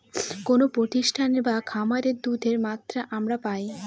কোনো প্রতিষ্ঠানে বা খামারে দুধের মাত্রা আমরা পাই